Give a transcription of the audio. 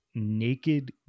Naked